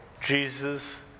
Jesus